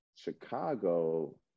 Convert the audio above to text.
Chicago